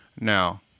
Now